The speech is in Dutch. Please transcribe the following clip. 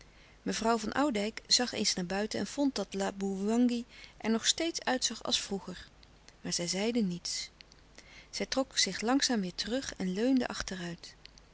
mevrouw van oudijck zag eens naar buiten en vond dat laboewangi er nog steeds uitzag als vroeger maar zij zeide niets zij trok zich langzaam weêr terug en leunde